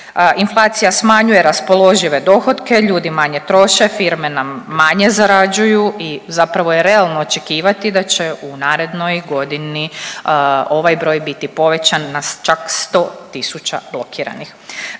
Inflacija smanjuje raspoložive dohotke, ljudi manje troše, firme nam manje zarađuju i zapravo je realno očekivati da će u narednoj godini ovaj broj biti povećan na čak 100.000 blokiranih,